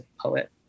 poet